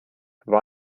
war